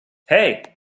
hey